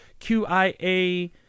qia